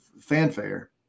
fanfare